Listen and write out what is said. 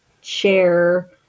share